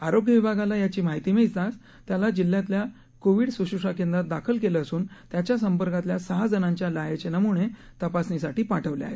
आरोग्य विभागाला याची माहिती मिळताच त्याला जिल्ह्यातल्या कोवीड सुश्रूषा केंद्रात दाखल केलं असून त्याच्या संपर्कातल्या सहा जणांच्या लाळेचे नमूने तपासणीसाठी पाठवले आहेत